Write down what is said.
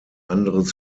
anderes